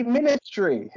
Ministry